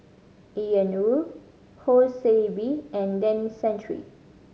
Ian Woo Ho See Beng and Denis Santry